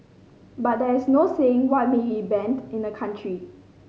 but there is no saying what may be banned in a country